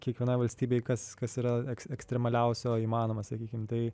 kiekvienoj valstybėj kas kas yra ekstremaliausio įmanoma sakykim tai